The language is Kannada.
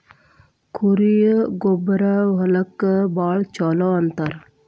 ಕುರಿಯ ಗೊಬ್ಬರಾ ಹೊಲಕ್ಕ ಭಾಳ ಚುಲೊ ಅಂತಾರ